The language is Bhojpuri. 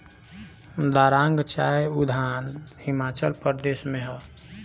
दारांग चाय उद्यान हिमाचल प्रदेश में हअ